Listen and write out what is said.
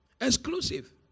exclusive